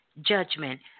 judgment